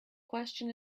question